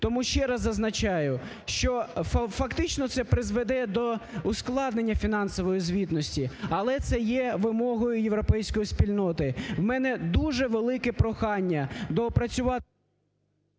Тому ще раз зазначаю, що, фактично, це призведе до ускладнення фінансової звітності, але це є вимогою європейської спільноти. В мене дуже велике прохання. Доопрацювати…